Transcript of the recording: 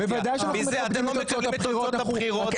אתם לא מקבלים את תוצאות הבחירות ואתם חוסמים כבישים.